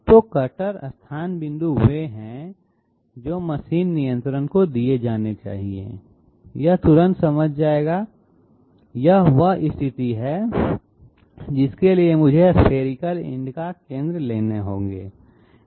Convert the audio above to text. तो कटर स्थान बिंदु वे हैं जो मशीन नियंत्रण को दिए जाने चाहिए यह तुरंत समझ जाएगा हाँ यह वह स्थिति है जिसके लिए मुझे स्फेरिकल इंड का केंद्र लाना होगा